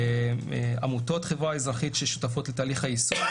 עמותות חברה אזרחית ששותפות לתהליך היישום.